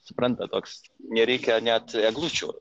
suprantat toks nereikia net eglučių